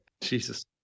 Jesus